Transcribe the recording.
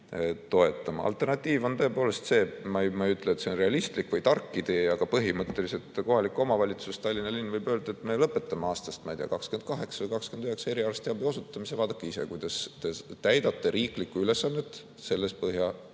toetama. Alternatiiv on tõepoolest see – ma ei ütle, et see on realistlik või tark idee –, et põhimõtteliselt kohalik omavalitsus, Tallinna linn võib öelda, et me lõpetame aastast, ma ei tea, 2028 või 2029 eriarstiabi osutamise, vaadake ise, kuidas te täidate riiklikku ülesannet